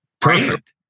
Perfect